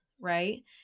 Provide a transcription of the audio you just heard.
right